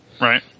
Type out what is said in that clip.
Right